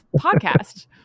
podcast